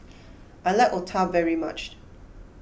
I like Otah very much